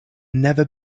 never